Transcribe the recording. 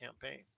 campaign